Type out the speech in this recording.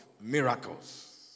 miracles